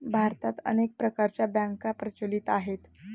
भारतात अनेक प्रकारच्या बँका प्रचलित आहेत